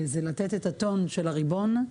לתת את הטון של הריבון.